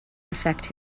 affect